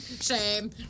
Shame